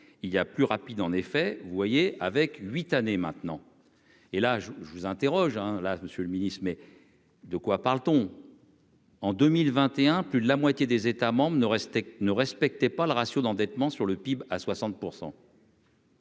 il y a plus rapide, en effet, vous voyez, avec 8 années maintenant. Et là je je vous interroge là, Monsieur le Ministre, mais de quoi parle-t-on. En 2021, plus de la moitié des États membres de rester ne respectait pas le ratio d'endettement sur le PIB à 60 %.